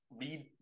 read